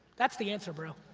that's the answer, bro.